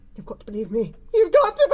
you've got to believe me! you've got to